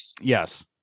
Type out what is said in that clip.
Yes